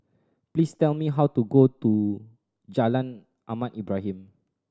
please tell me how to go to Jalan Ahmad Ibrahim